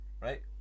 Right